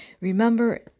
Remember